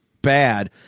bad